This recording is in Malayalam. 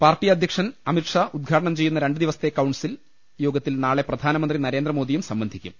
പാർട്ടി അധ്യക്ഷൻ അമിത് ഷാ ഉദ്ഘാ ടനം ചെയ്യുന്ന രണ്ട് ദിവസ്ത്തെ കൌൺസിൽ യോഗത്തിൽ നാളെ പ്രധാനമന്ത്രി നരേന്ദ്രമോദിയും സംബന്ധിക്കും